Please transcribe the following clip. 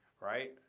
right